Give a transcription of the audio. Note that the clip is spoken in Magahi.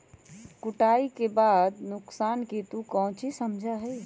कटाई के बाद के नुकसान से तू काउची समझा ही?